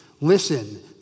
Listen